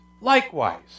likewise